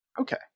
Okay